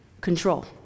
Control